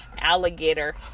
alligator